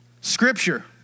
Scripture